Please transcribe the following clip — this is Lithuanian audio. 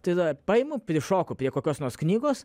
tada paimu prišoku prie kokios nors knygos